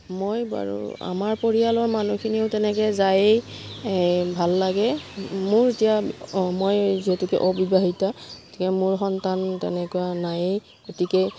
মই বাৰু আমাৰ পৰিয়ালৰ মানুহখিনিও তেনেকৈ যায়েই ভাল লাগে মোৰ এতিয়া মই যিহেতুকে অবিবাহিতা গতিকে মোৰ সন্তান তেনেকুৱা নায়েই গতিকে